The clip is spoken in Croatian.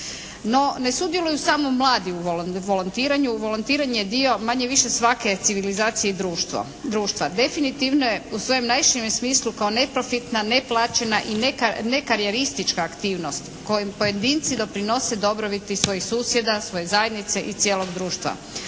No, ne sudjeluju samo mladi u volontiranju, volontiranje je dio manje-više svake civilizacije i društva. Definitivno je u svojem najširem smislu kao neprofitna, neplaćena i nekarijeristička aktivnost kojom pojedinci doprinose dobrobiti svojih susjeda, svoje zajednice i cijelog društva,